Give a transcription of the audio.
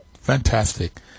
Fantastic